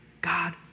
God